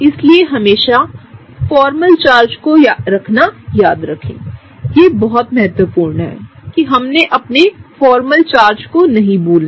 इसलिएहमेशा formal charge को रखना याद रखें यह बहुत महत्वपूर्ण हैकिहम अपने फॉर्मल चार्ज को न भूलें